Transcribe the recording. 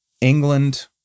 England